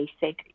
basic